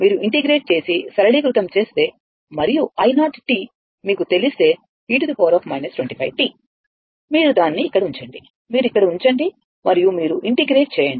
మీరు ఇంటిగ్రేట్ చేసి సరళీకృతం చేస్తే మరియు i0మీకు తెలిస్తే e 25t మీరు దానిని ఇక్కడ ఉంచండి మీరు ఇక్కడ ఉంచండి మరియు మీరు ఇంటిగ్రేట్ చేయండి